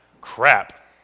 crap